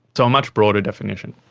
so a much broader definition.